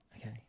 Okay